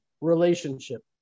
relationship